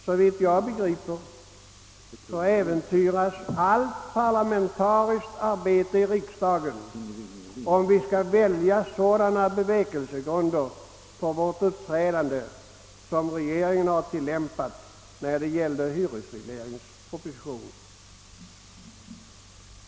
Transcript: Såvitt jag begriper äventyras allt parlamentariskt arbete i riksdagen om vi skall följa sådana bevekelsegrunder för vårt uppträdande, som regeringen har tillämpat när det gällt hyresregleringspropositionen.